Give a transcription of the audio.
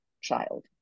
child